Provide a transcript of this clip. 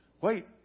Wait